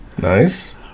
Nice